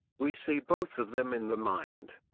we see both of them in the mind.